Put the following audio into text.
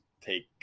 Take